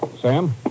Sam